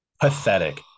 pathetic